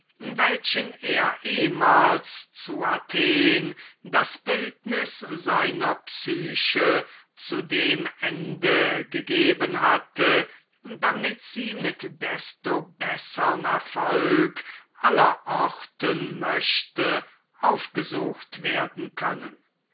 welchen er ehmals zu athen das bildnis seiner psyche zu dem ende gegeben hatte damit sie mit desto besserm erfolg aller orten möchte aufgesucht werden können